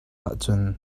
ahcun